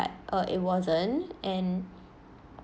uh it wasn't and